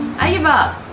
give up,